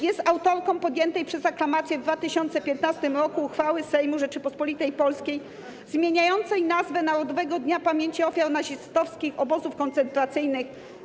Jest autorką podjętej przez aklamację w 2015 r. uchwały Sejmu Rzeczypospolitej Polskiej zmieniającej nazwę Narodowego Dnia Pamięci Ofiar Nazistowskich Obozów Koncentracyjnych.